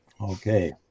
okay